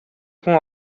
хүн